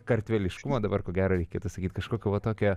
kartveliškumo dabar ko gero reikėtų sakyt kažkokio va tokio